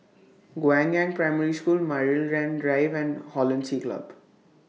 Guangyang Primary School Maryland Drive and Hollandse Club